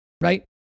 right